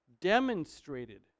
demonstrated